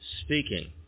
speaking